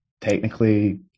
technically